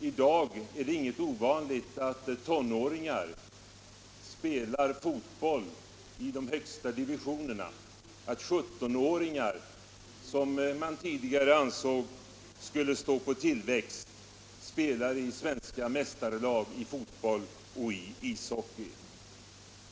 I dag är det ingenting ovanligt att tonåringar spelar fotboll i de högsta divisionerna och att 17-åringar, som man tidigare ansåg skulle stå på tillväxt, spelar i svenska mästarlag i fotboll och ishockey.